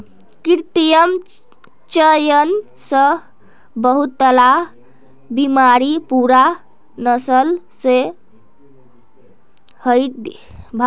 कृत्रिम चयन स बहुतला बीमारि पूरा नस्ल स हटई दी छेक